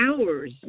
hours